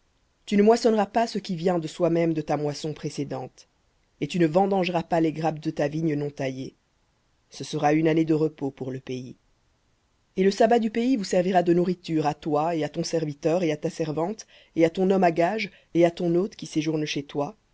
tu ne moissonneras pas ce qui vient de soi-même de ta moisson et tu ne vendangeras pas les grappes de ta vigne non taillée ce sera une année de repos pour le pays et le sabbat du pays vous servira de nourriture à toi et à ton serviteur et à ta servante et à ton homme à gages et à ton hôte qui séjournent chez toi